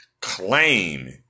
claim